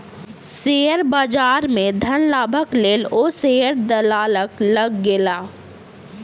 share बजार में धन लाभक लेल ओ शेयर दलालक लग गेला